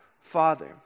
Father